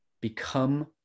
become